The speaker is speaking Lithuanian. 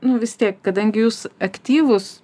nu vis tiek kadangi jūs aktyvūs